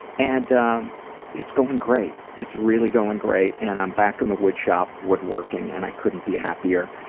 and um it's going great. it's really going great and i'm back in the woodshop woodworking and i couldn't be happier.